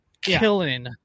killing